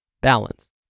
Balance